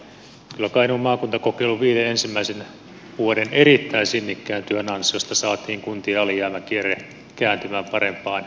kyllä kainuun maakuntakokeilun viiden ensimmäisen vuoden erittäin sinnikkään työn ansiosta saatiin kuntien alijäämäkierre kääntymään parempaan suuntaan